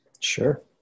sure